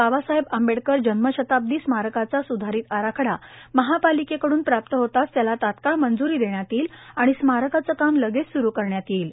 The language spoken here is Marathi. बाबासाहेब आंबेडकर जन्म शताब्दी स्मारकाचा सुधारीत आराखडा महापालिकेकडून प्राप्त होताच त्याला तात्काळ मंजूरी देण्यात येईल आणि स्मारकाचं काम लगेच स्रू करण्यात येईल